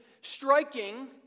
striking